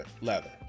leather